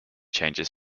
changes